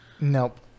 Nope